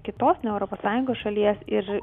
kitos ne europos sąjungos šalies ir